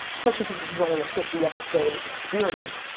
especially because this is only a fifty episode experiment.